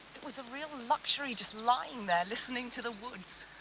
it was a real luxury just lying there, listening to the woods.